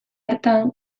hartan